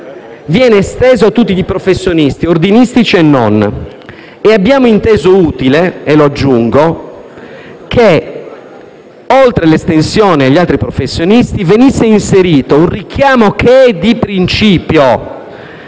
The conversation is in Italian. viene estesa a tutti i professionisti, ordinistici e non. Inoltre, abbiamo inteso utile, e lo aggiungo, che oltre all'estensione agli altri professionisti, venisse inserito un richiamo che è di principio,